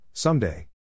Someday